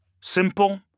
Simple